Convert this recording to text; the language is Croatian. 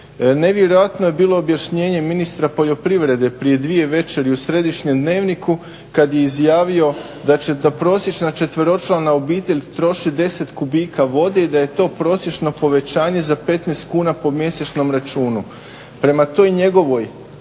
Nevjerojatno je bilo objašnjenje ministra poljoprivrede prije dvije večeri u središnjem dnevniku kada je izjavio da prosječna četveročlana obitelj troši 10 kubika vode i da je to prosječno povećanje za 15 kuna po mjesečnom računu. Prema toj njegovoj